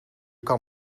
kan